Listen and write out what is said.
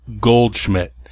Goldschmidt